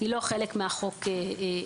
היא לא חלק מהחוק הזה.